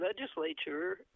legislature